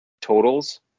totals